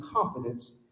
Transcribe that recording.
confidence